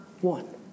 one